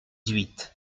huit